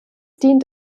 dient